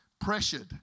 pressured